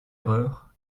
erreur